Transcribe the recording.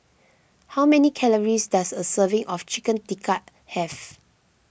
how many calories does a serving of Chicken Tikka have